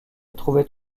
trouvait